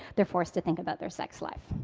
they're forced to think about their sex life.